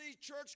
church